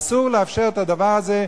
אסור לאפשר את הדבר הזה.